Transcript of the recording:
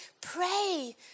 pray